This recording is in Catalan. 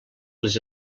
les